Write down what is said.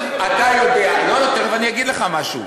אתה יודע, לא, לא, תכף אני אגיד לך משהו,